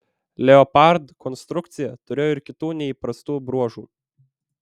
leopard konstrukcija turėjo ir kitų neįprastų bruožų